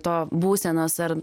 to būsenos ar